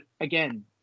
again